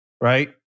right